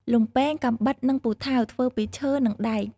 លំពែង កាំបិត និងពូថៅ ធ្វើពីឈើ និងដែក។